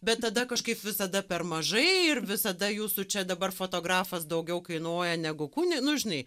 bet tada kažkaip visada per mažai ir visada jūsų čia dabar fotografas daugiau kainuoja negu kuni nu žinai